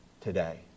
today